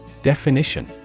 Definition